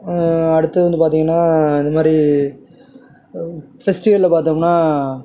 அடுத்தது வந்து பார்த்திங்கன்னா இது மாரி ஃபெஸ்ட்டிவலில் பார்த்தோம்ன்னா